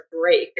break